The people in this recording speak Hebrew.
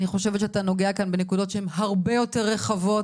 אני חושבת שאתה נוגע כאן בנקודות שהן הרבה יותר רחבות,